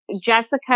Jessica